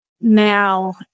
now